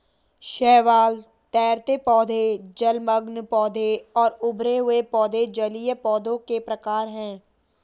शैवाल, तैरते पौधे, जलमग्न पौधे और उभरे हुए पौधे जलीय पौधों के प्रकार है